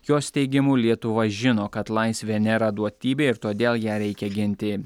jos teigimu lietuva žino kad laisvė nėra duotybė ir todėl ją reikia ginti